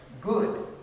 good